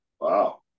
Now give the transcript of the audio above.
Wow